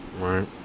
right